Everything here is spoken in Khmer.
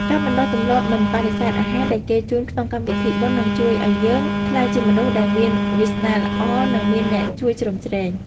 ការបណ្តុះទម្លាប់មិនបដិសេធអាហារដែលគេជូនក្នុងកម្មវិធីបុណ្យនឹងជួយឱ្យយើងក្លាយជាមនុស្សដែលមានវាសនាល្អ និងមានអ្នកជួយជ្រោមជ្រែង។